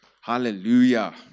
Hallelujah